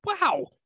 wow